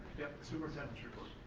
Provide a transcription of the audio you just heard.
superintendent's